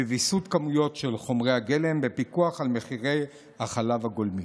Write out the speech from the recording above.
בוויסות כמויות חומרי הגלם ובפיקוח על מחיר החלב הגולמי.